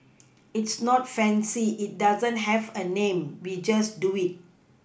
it's not fancy it doesn't have a name we just do it